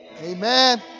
Amen